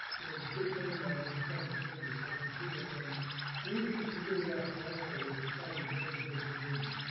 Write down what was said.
a good friend of mine who's a public defender said to me one time the only thing he really got from law school was the side with the best exhibit wins.